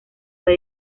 fue